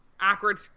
awkward